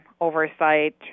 oversight